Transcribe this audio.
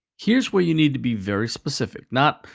here's where you need to be very specific. not,